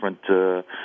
different